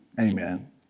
amen